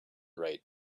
rate